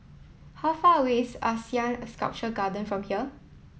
how far away is ASEAN Sculpture Garden from here